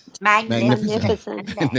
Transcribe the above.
Magnificent